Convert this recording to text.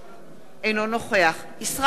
אינו נוכח ישראל חסון,